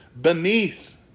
beneath